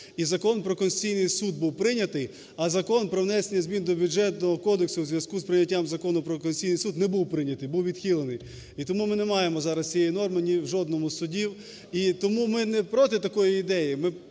І Закон "Про Конституційний Суд" був прийнятий, а Закон про внесення змін до Бюджетного кодексу в зв'язку з прийняттям Закону "Про Конституційний Суд" не був прийнятий, був відхилений і тому ми не маємо зараз цієї норми ні в жодному з судів. І тому ми не проти такої ідеї,